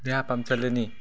देहा फाहामसालिनि